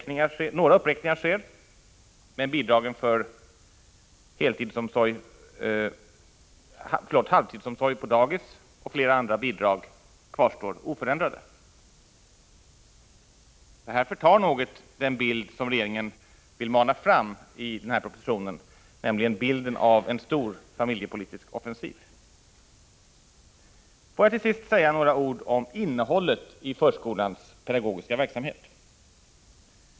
Några uppräkningar sker, men bidrag för halvtidsomsorg på dagis och flera andra bidrag kvarstår oförändrade. Detta förtar något den bild som regeringen vill mana fram i den här propositionen, nämligen bilden av en stor familjepolitisk offensiv. Får jag till sist säga några ord om innehållet i förskolans pedagogiska verksamhet.